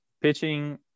pitching